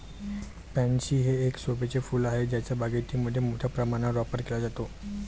pansy हे एक शोभेचे फूल आहे ज्याचा बागायतीमध्ये मोठ्या प्रमाणावर वापर केला जातो